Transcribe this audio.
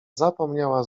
zapomniała